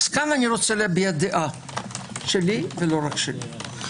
כאן אני רוצה להביע דעתי, ולא רק שלי.